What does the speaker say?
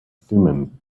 thummim